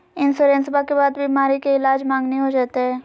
इंसोरेंसबा के बाद बीमारी के ईलाज मांगनी हो जयते?